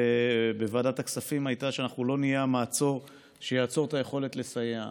בוועדת הכספים הייתה שאנחנו לא נהיה המעצור שיעצור את היכולת לסייע.